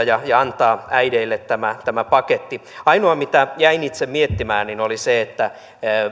ja ja antaa äideille tämä tämä paketti ainoa mitä jäin itse miettimään oli se että